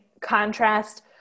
contrast